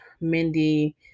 Mindy